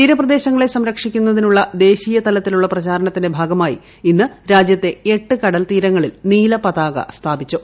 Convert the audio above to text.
തീരപ്രദേശങ്ങളെ സംരക്ഷിക്കു ന്നതിനുള്ള ദേശീയ തലത്തിലുള്ള പ്രചാരണത്തിന്റെ ഭാഗമായി ഇന്ന് രാജ്യത്തെ എട്ട് കടൽത്തീരങ്ങളിൽ നീല പതാക സ്ഥാപിച്ചു